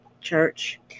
church